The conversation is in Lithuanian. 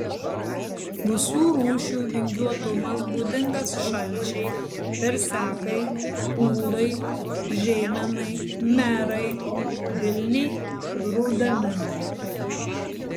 visų rūšių vingiuotumas būdingas šalčiai versekai ūlai žeimenai merai vilniai rudaminai